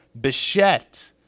Bichette